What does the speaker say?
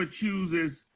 chooses